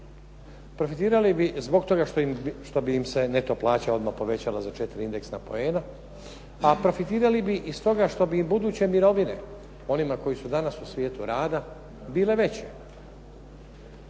Profitirali bi zbog toga što bi im se neto plaća odmah povećala za 4 indeksna poena a profitirali bi i stoga što bi im buduće mirovine onima koji su danas u svijetu rada bile veće